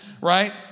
right